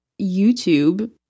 YouTube